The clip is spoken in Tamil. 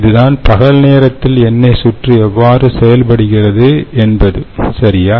இதுதான் பகல்நேரத்தில் எண்ணெய் சுற்று எவ்வாறு செயல்படுகிறது என்பது சரியா